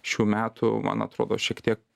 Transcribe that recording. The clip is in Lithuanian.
šių metų man atrodo šiek tiek